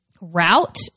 route